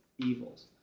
Evils